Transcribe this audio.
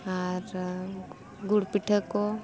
ᱟᱨ ᱜᱩᱲ ᱯᱤᱴᱷᱟᱹ ᱠᱚ